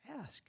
ask